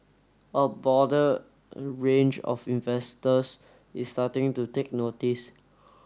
a border range of investors is starting to take notice